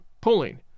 pulling